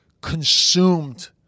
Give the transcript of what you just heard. consumed